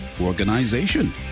organization